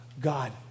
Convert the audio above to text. God